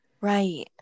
Right